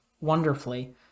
wonderfully